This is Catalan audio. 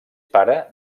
pare